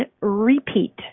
repeat